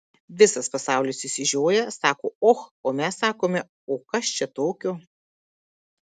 visas pasaulis išsižioja sako och o mes sakome o kas čia tokio